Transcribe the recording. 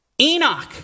Enoch